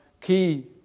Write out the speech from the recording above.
key